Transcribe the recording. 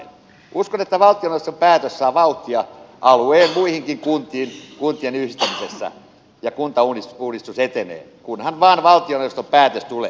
uskon että valtioneuvoston päätös saa vauhtia alueen muihinkin kuntiin kuntien yhdistämisessä ja kuntauudistus etenee kunhan vain valtioneuvoston päätös tulee